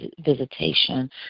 visitation